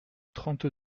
trente